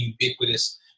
ubiquitous